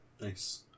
Nice